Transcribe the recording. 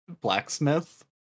Blacksmith